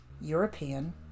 European